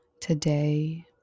Today